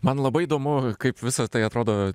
man labai įdomu kaip visa tai atrodo